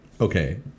okay